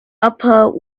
upper